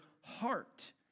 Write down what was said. heart